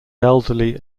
elderly